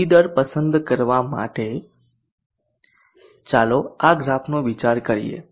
C દર પસંદ કરવા માટે ચાલો આ ગ્રાફનો વિચાર કરીએ